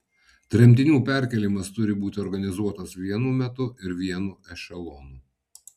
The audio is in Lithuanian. tremtinių perkėlimas turi būti organizuotas vienu metu ir vienu ešelonu